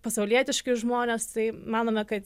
pasaulietiški žmonės tai manome kad